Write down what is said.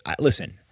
listen